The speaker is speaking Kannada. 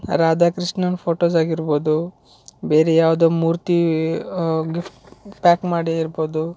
ರಾಧಾಕೃಷ್ಣನ ಫೋಟೋಸ್ ಆಗಿರ್ಬೋದು ಬೇರೆ ಯಾವ್ದೋ ಮೂರ್ತಿ ಗಿಫ್ಟ್ ಪ್ಯಾಕ್ ಮಾಡಿ ಇರ್ಬೋದು